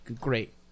great